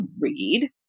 read